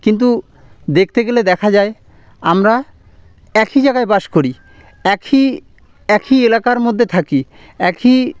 কিন্তু দেখতে গেলে দেখা যায় আমরা একই জায়গায় বাস করি একই একই এলাকার মধ্যে থাকি একই